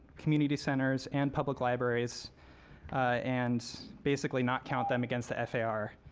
community centers and public libraries and basically not count them against the far.